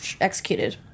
executed